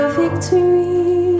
victory